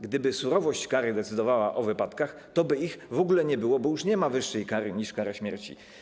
Gdyby surowość kary decydowała o wypadkach, to w ogóle by ich nie było, bo już nie ma wyższej kary niż kara śmierci.